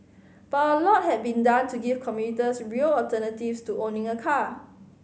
but a lot had been done to give commuters real alternatives to owning a car